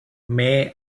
may